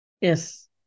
Yes